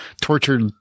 tortured